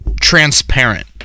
transparent